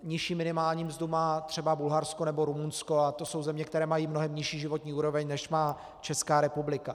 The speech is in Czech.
Nižší minimální mzdu má třeba Bulharsko nebo Rumunsko a to jsou země, které mají mnohem nižší životní úroveň, než má Česká republika.